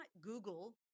Google